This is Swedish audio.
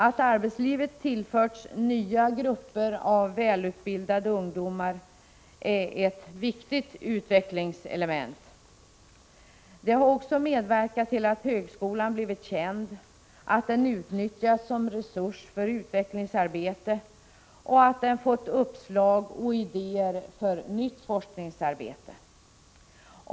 Att arbetslivet har tillförts nya grupper av välutbildade ungdomar är ett viktigt utvecklingselement. Det har också medverkat till att högskolan har blivit känd, att den utnyttjats som resurs för utvecklingsarbete och att den fått uppslag och idéer till nytt forskningsarbete.